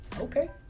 okay